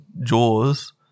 Jaws